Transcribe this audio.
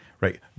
right